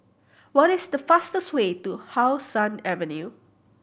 what is the fastest way to How Sun Avenue